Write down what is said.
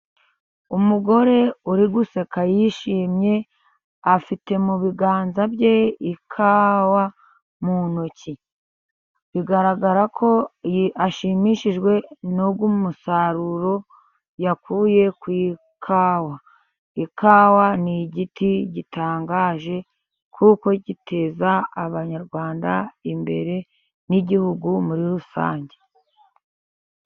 Umugore uri guseka yishimye, afite mu biganza bye ikawa mu ntoki, bigaragara ko ashimishijwe n'umusaruro yakuye ku ikawa, ikawa n'igiti gitangaje kuko giteza abanyarwanda imbere n'igihugu muri rusange.